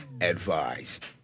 advised